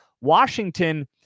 Washington